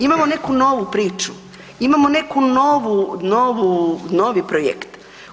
Imamo neku novu priču, imamo neku novu, novi projekt.